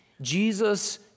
Jesus